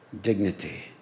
dignity